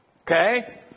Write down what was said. Okay